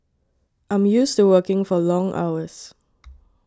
I'm used to working for long hours